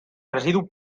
residu